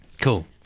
Cool